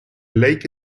lake